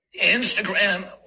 Instagram